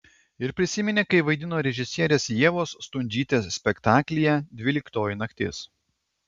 ir prisiminė kai vaidino režisierės ievos stundžytės spektaklyje dvyliktoji naktis